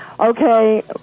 Okay